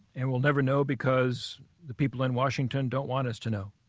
and we'll never know, because the people in washington don't want us to know.